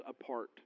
apart